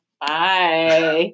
Bye